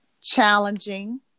Challenging